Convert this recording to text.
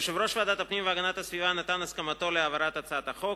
יושב-ראש ועדת הפנים נתן את הסכמתו להעברת הצעת החוק.